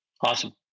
Awesome